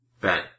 Ben